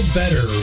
better